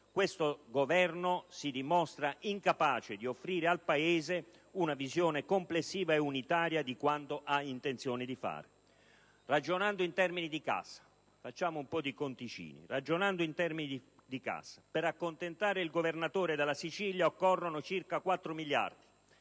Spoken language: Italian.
questo Governo si dimostra incapace di offrire al Paese una visione complessiva e unitaria di quanto ha intenzione di fare. Ragionando in termini di cassa, per accontentare il Governatore della Sicilia, occorrono circa 4 miliardi